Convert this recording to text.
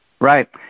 Right